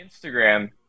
Instagram